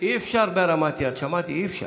אי-אפשר בהרמת יד, שמעתי, אי-אפשר.